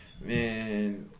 Man